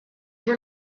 were